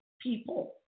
people